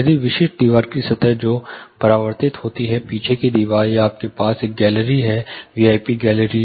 यदि विशिष्ट दीवार की सतह हैं जो परिवर्तितहोती हैं पीछे की दीवार या आपके पास एक गैलरी है वी आई पी गैलरी